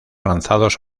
lanzados